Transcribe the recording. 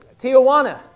Tijuana